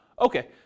okay